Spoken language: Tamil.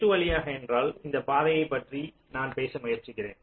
G2 வழியாக என்றால் இந்த பாதையைப் பற்றி நான் பேச முயற்சிக்கிறேன்